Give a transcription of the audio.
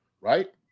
right